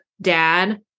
dad